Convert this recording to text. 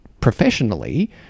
professionally